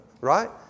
Right